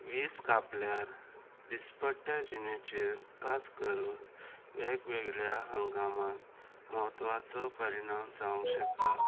वीज कापल्यार दिसपट्ट्या जिणेचेर कास करून वेगवेगळ्या हंगामांत म्हत्वाचो परिणाम जावंक शकता